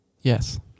yes